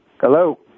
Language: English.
Hello